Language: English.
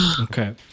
Okay